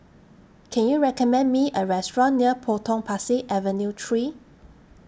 Can YOU recommend Me A Restaurant near Potong Pasir Avenue three